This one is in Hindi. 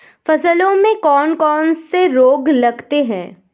फसलों में कौन कौन से रोग लगते हैं?